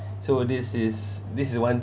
so this is this is one